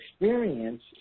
experience